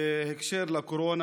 בהקשר של הקורונה,